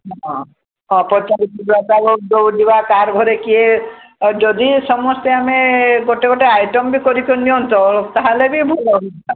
ହଁ ଦୌଡ଼ିବା ତାର ଘରେ କିଏ ଯଦି ସମସ୍ତେ ଆମେ ଗୋଟେ ଗୋଟେ ଆଇଟମ୍ କରି ନିଅନ୍ତ ତାହାଲେ ବି ଭଲ ହୁଅନ୍ତା